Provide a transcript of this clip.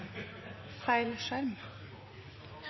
feil,